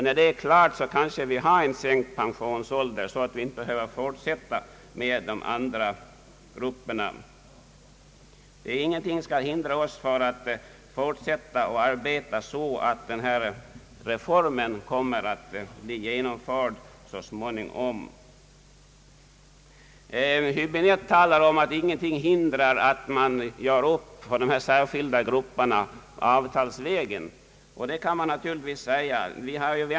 När detta är klart har vi kanske sänkt den allmänna pensionsåldern så att vi inte behöver fortsätta med ytterligare grupper. Ingenting skall hindra oss från att fortsätta och arbeta så att denna reform blir genomförd. Herr Höäbinette talar om att ingenting hindrar att man gör upp för de här särskilda grupperna avtalsvägen, och det kan man naturligtvis säga.